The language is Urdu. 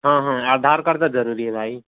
ہاں ہاں آدھار کارڈ تو ضروری ہے بھائی